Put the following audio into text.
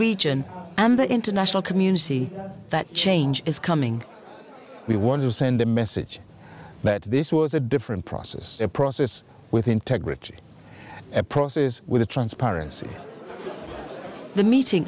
region and the international community that change is coming we want to send a message that this was a different process a process with integrity a process with transparency the meeting